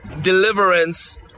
deliverance